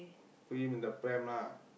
put him in the pram lah